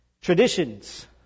Traditions